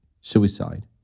suicide